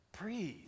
breathe